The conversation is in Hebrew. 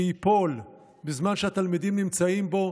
שייפול בזמן שהתלמידים נמצאים בו.